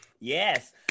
yes